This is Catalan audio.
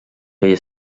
feia